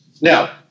Now